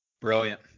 Brilliant